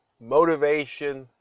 motivation